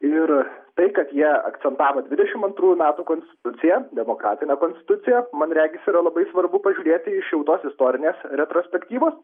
ir tai kad jie akcentavo dvidešimt antrų metų konstituciją demokratinę konstituciją man regis yra labai svarbu pažiūrėti iš jau tos istorinės retrospektyvos